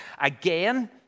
Again